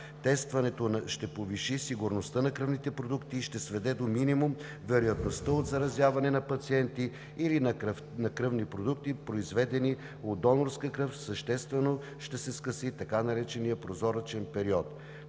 тестването ще повиши сигурността на кръвните продукти и ще сведе до минимум вероятността от заразяване на пациенти или на кръвни продукти, произведени от донорска кръв, съществено ще се скъси и така нареченият прозоречен период.